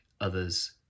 others